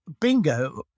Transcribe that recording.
bingo